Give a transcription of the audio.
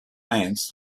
ants